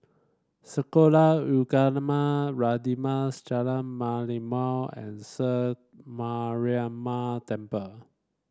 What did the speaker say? Sekolah Ugama Radin Mas Jalan Merlimau and Sri Mariamman Temple